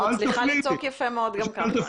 את מצליחה לצעוק יפה מאוד גם כך.